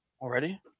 already